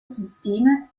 systeme